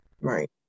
Right